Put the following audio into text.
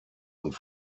und